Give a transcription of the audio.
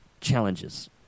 challenges